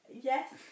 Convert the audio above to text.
Yes